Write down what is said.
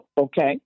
Okay